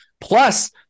Plus